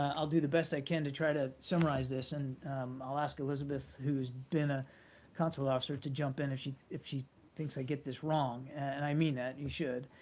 i'll do the best i can to try to summarize this, and i'll ask elizabeth, who's been a consular officer, to jump and if she if she thinks i get this wrong. and i mean that, you should.